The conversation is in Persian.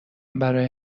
برای